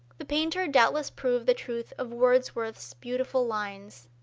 the painter doubtless proved the truth of wordsworth's beautiful lines